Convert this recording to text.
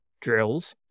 drills